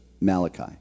Malachi